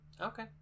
Okay